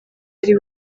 ari